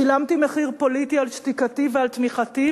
שילמתי מחיר פוליטי על שתיקתי ועל תמיכתי,